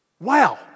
Wow